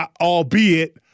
albeit